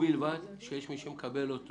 ובלבד שיש מי שמקבל אותו